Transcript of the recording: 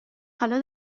حالا